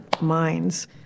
minds